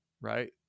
right